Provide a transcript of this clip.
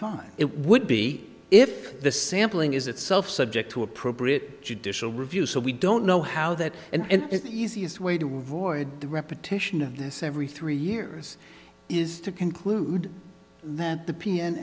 fine it would be if the sampling is itself subject to appropriate judicial review so we don't know how that and is the easiest way to avoid the repetition of this every three years is to conclude that the p